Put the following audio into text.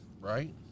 Right